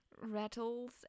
rattles